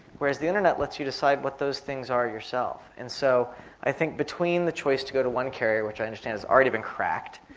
whereas the internet lets you decide what those things are yourself. and so i think between the choice to go to one carrier, which i understand has already been cracked,